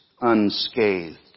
unscathed